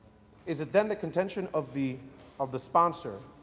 is it then the contention of the of the sponsor,